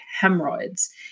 hemorrhoids